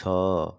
ଛଅ